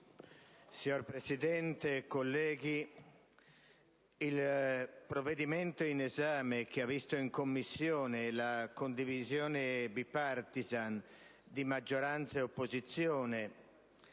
Signor Presidente, colleghi, il provvedimento in esame, che ha visto in Commissione la condivisione *bipartisan* di maggioranza e opposizione,